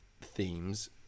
themes